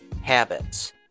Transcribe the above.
habits